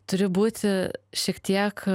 turi būti šiek tiek